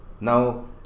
now